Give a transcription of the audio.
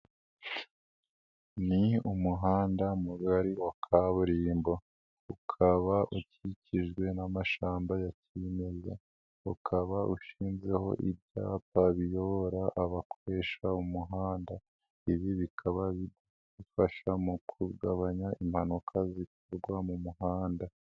Ni umuhanda mugari wa kaburimbo, ukaba ukikijwe n'amashamba ya kiminmezaya, ukaba ushinzeho ibyapa biyobora abakoresha umuhanda, ibi bikaba bifasha mu kugabanya impanuka zivugwa mu muhanda.